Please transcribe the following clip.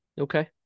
Okay